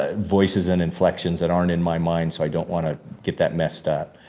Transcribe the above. ah voices and inflections that aren't in my mind. so, i don't want to get that messed up.